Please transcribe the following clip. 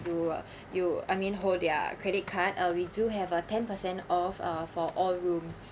you uh you I mean hold their credit card uh we do have a ten percent off uh for all rooms